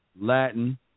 Latin